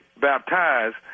baptized